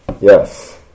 Yes